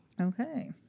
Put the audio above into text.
Okay